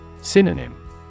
Synonym